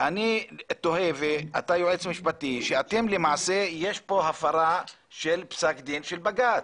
אני תוהה ואתה יועץ משפטי שלמעשה יש פה הפרה של פסק דין של בג"ץ.